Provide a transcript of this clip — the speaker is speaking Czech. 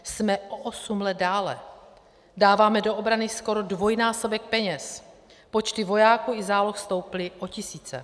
Jsme o osm let dále, dáváme do obrany skoro dvojnásobek peněz, počty vojáků i záloh stouply o tisíce.